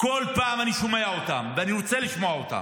בכל פעם אני שומע אותם ואני רוצה לשמוע אותם,